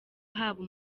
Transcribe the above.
haba